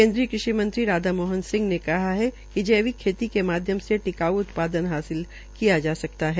केन्द्रीय कृषि मंत्री राधा मोहन ने कहा है कि जैविक खेती के माध्यम से टिकाऊ उत्पादन हासिल किया जा सकता है